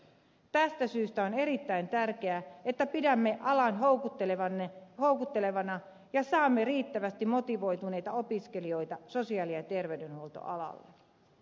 tästä syystä on erittäin tärkeää että pidämme alan houkuttelevana ja saamme riittävästi motivoituneita opiskelijoita sosiaali ja terveydenhuoltoalalle